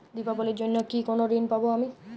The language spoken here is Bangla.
দীপাবলির জন্য কি কোনো ঋণ পাবো আমি?